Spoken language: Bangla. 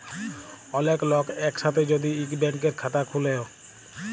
ওলেক লক এক সাথে যদি ইক ব্যাংকের খাতা খুলে ও